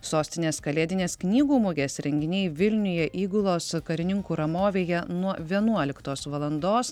sostinės kalėdinės knygų mugės renginiai vilniuje įgulos karininkų ramovėje nuo vienuoliktos valandos